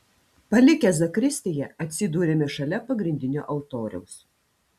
palikę zakristiją atsidūrėme šalia pagrindinio altoriaus